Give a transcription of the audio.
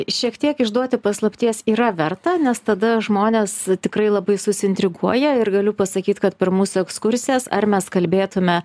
šiek tiek išduoti paslapties yra verta nes tada žmonės tikrai labai susiintriguoja ir galiu pasakyt kad per mūsų ekskursijas ar mes kalbėtume